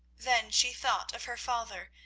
then she thought of her father,